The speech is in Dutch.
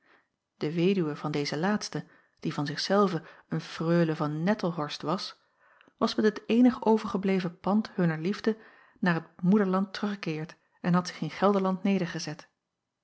de weduwe van dezen laatste die van zich zelve een freule van nettelhorst was was met het eenig overgebleven pand hunner liefde naar het moederland teruggekeerd en had zich in gelderland nedergezet